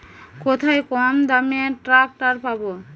কোথায় কমদামে ট্রাকটার পাব?